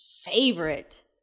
Favorite